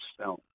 film